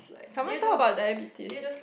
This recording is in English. someone told about diabetes